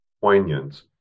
poignant